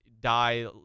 die